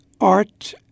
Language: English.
art